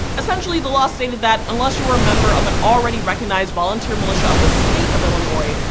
essentially the law stated that unless you were a member of an already recognized volunteer militia of the state of illinois,